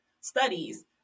studies